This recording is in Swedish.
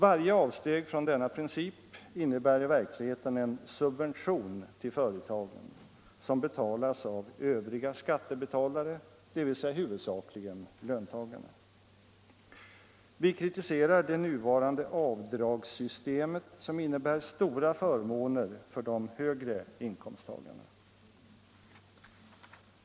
Varje avsteg från denna princip innebär i verkligheten en subvention till företagen som betalas av övriga skattebetalare, dvs. huvudsakligen löntagarna. Vi kritiserar det nuvarande avdragssystemet som innebär stora förmåner för de högre inkomsttagarna.